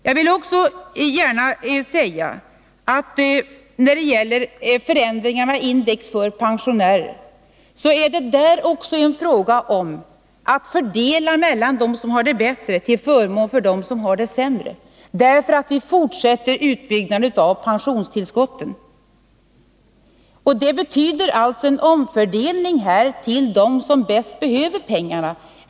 Jag vill också gärna säga att förändringarna i index för pensionärer är en fråga om att fördela, att flytta från dem som har det bättre till förmån för dem som har det sämre. Vi fortsätter ju utbyggnaden av pensionstillskotten, och det betyder en omfördelning till dem som bäst behöver pengarna.